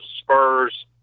Spurs